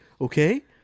Okay